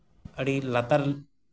ᱟᱹᱰᱤ ᱞᱟᱛᱟᱨ